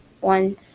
one